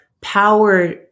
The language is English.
power